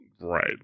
Right